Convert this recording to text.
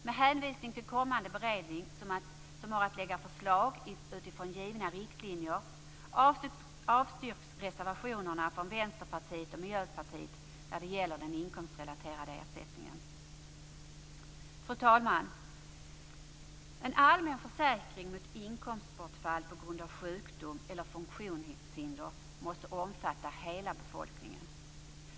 Med hänvisning till kommande beredning, som har att lägga fram förslag utifrån givna riktlinjer, avstyrks reservationerna från Vänsterpartiet och Miljöpartiet när det gäller den inkomstrelaterade ersättningen. Fru talman! En allmän försäkring mot inkomstbortfall på grund av sjukdom eller funktionshinder måste omfatta hela befolkningen.